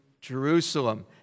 Jerusalem